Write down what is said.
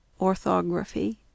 Orthography